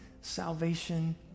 salvation